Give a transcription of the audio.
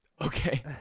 Okay